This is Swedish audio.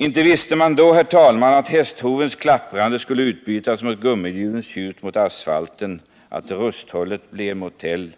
Inte visste man då, herr talman, att hästhovens klapprande skulle utbytas mot gummihjulens tjut mot asfalten, att skjutshållet blev motell,